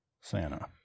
Santa